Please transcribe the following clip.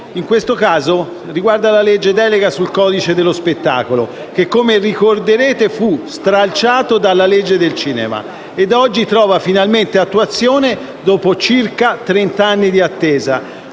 In questo caso esaminiamo il disegno di legge delega sul codice dello spettacolo, che, come ricorderete, fu stralciato dalla legge sul cinema e oggi trova finalmente attuazione dopo circa trent'anni di attesa.